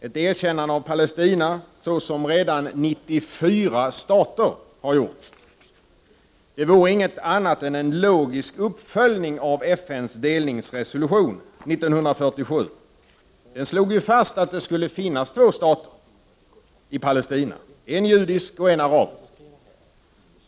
Ett erkännande av Palestina — så som redan 94 stater gjort det — vore inget annat än en logisk uppföljning av FN:s delningsresolution 1947. I den slogs ju fast att det skall finnas två stater i Palestina, en judisk och en arabisk.